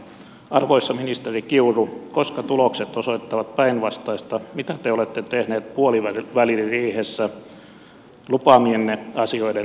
arvoisa ministeri kiuru koska tulokset osoittavat päinvastaista mitä te olette tehnyt puoliväliriihessä lupaamienne asioiden edistämiseksi